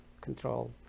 control